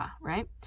Right